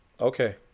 Okay